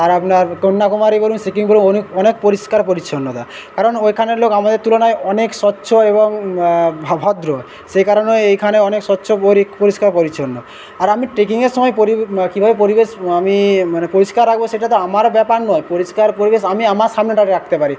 আর আপনার কন্যাকুমারী বলুন সিকিম বলুন অনেক অনেক পরিষ্কার পরিছন্নতা কারণ ওইখানের লোক আমাদের তুলনায় অনেক স্বচ্ছ এবং ভদ্র সেই কারণেই এইখানে অনেক স্বছ পরিষ্কার পরিছন্ন আর আমি ট্রেকিংয়ের সময় কি বলে পরিবেশ আমি মানে পরিষ্কার রাখব সেটা তো আমার ব্যাপার নয় পরিষ্কার পরিবেশ আমি আমার সামনেটায় রাখতে পারি